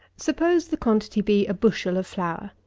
suppose the quantity be a bushel of flour.